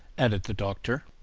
added the doctor,